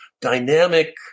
dynamic